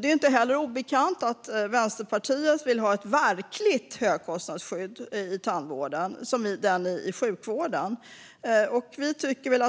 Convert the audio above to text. Det är inte heller obekant att Vänsterpartiet vill ha ett verkligt högkostnadsskydd i tandvården som det i sjukvården.